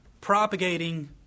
propagating